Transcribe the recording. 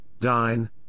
dine